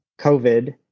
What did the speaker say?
COVID